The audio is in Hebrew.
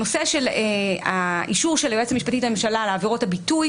הנושא של אישור היועצת המשפטית לממשלה על עבירות הביטוי,